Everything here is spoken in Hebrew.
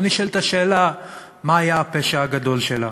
נשאלת השאלה מה היה הפשע הגדול שלה.